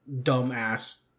dumbass